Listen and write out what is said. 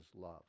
love